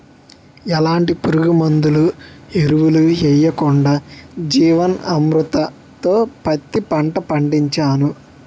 ఎలాంటి పురుగుమందులు, ఎరువులు యెయ్యకుండా జీవన్ అమృత్ తో పత్తి పంట పండించాను